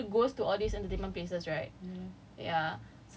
they open lah but I mean who would goes to all these entertainment places right